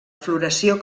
floració